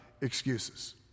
excuses